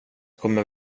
kommer